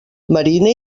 mariner